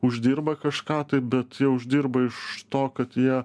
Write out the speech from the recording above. uždirba kažką tai bet jie uždirba iš to kad jie